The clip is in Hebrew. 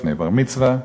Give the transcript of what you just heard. לפני בר-מצווה,